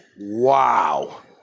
Wow